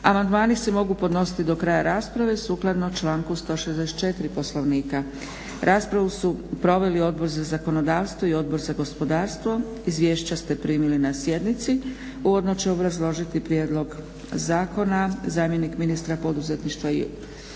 Amandmani se mogu podnositi do kraja rasprave sukladno članku 164. Poslovnika. Raspravu su proveli Odbor za zakonodavstvo i Odbor za gospodarstvo. Izvješća ste primili na sjednici. Uvodno će obrazložiti prijedlog zakona zamjenik ministra poduzetništva i obrta